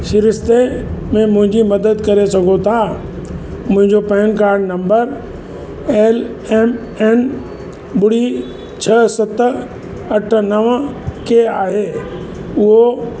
सिरिश्ते मुंहिंजी मदद करे सघो था मुंहिंजो PAN card number L M N ॿुड़ी छह सत अठ नव के आहे उहो